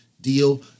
deal